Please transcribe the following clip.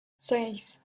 seis